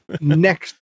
next